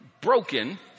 broken